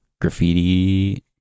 graffiti